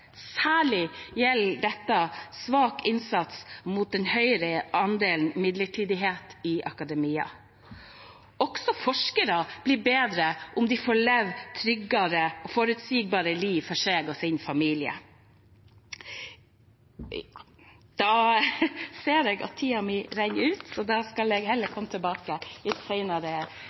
særlig gjelder det en svak innsats mot den høye andelen midlertidighet i akademia. Også forskere blir bedre om de får trygge, forutsigbare liv for seg og familien sin. Jeg ser at tiden min renner ut, så jeg skal heller komme tilbake